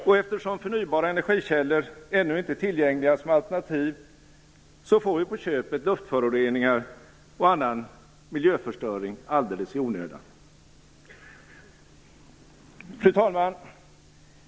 Och eftersom förnybara energikällor ännu inte är tillgängliga som alternativ, får vi på köpet luftföroreningar och annan miljöförstöring alldeles i onödan. Fru talman!